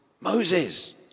Moses